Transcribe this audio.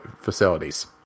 facilities